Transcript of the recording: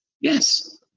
Yes